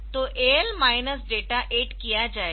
तो AL minus data 8 किया जाएगा